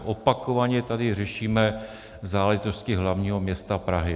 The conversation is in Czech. Opakovaně tady řešíme záležitosti hlavního města Prahy.